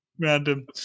Random